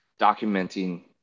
documenting